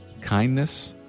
kindness